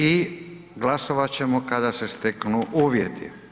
I glasovati ćemo kada se steknu uvjeti.